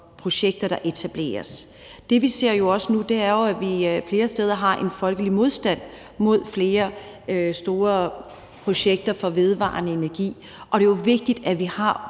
projekter, der etableres. Det, som vi ser nu, er også, at vi flere steder har en folkelig modstand mod flere store projekter for vedvarende energi, og det er jo vigtigt, at vi har